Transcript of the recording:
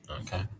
Okay